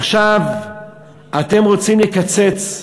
עכשיו אתם רוצים לקצץ,